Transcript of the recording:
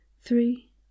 three